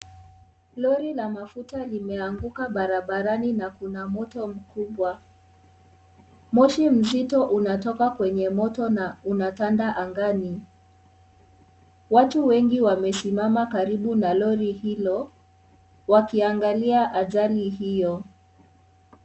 Lori la mafuta limeanguka barabarani na kuna moto mkubwa. Moshi mzito unatoka kwenye moto na unatanda angani. Watu wengi wamesimama karibu na lori hilo, wakiangalia ajali hiyo.